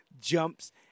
jumps